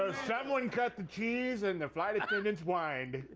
someone cut the cheese and the flight attendants whined. ooohhh!